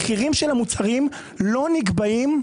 המחירים של המוצרים לא נקבעים,